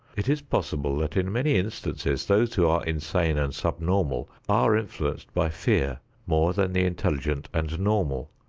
it is possible that in many instances those who are insane and subnormal are influenced by fear more than the intelligent and normal.